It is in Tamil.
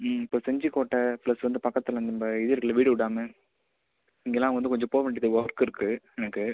இப்போ செஞ்சிக்கோட்டை பிளஸ் வந்து பக்கத்தில் இந்த இது இருக்குல வீடூர் டேம் இங்கெலாம் வந்து கொஞ்சம் போக வேண்டியது ஒர்க் இருக்குது எனக்கு